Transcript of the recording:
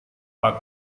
pak